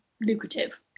lucrative